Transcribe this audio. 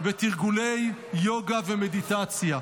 ותרגול׳ יוגה ומדיטציה.